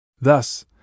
Thus